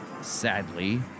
Sadly